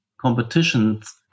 competitions